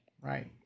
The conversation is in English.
Right